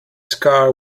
scar